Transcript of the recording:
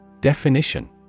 Definition